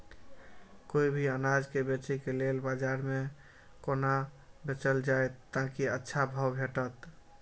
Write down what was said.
कोय भी अनाज के बेचै के लेल बाजार में कोना बेचल जाएत ताकि अच्छा भाव भेटत?